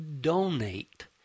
donate